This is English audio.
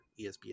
ESPN